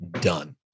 done